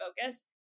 focus